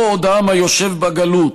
לא עוד עם היושב בגלות,